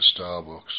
Starbucks